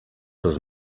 his